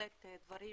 בהחלט דברים